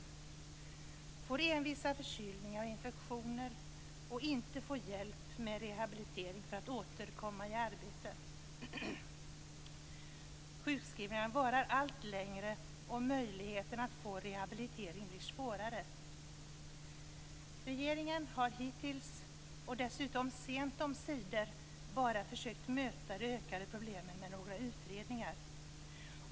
De får envisa förkylningar och infektioner men ingen hjälp med rehabilitering för att återkomma till arbetet. Sjukskrivningarna varar allt längre och möjligheterna att få rehabilitering blir sämre. Regeringen har hittills, och dessutom sent omsider, bara försökt möta de ökade problemen med några utredningar.